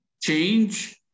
change